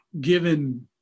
given